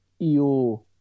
EO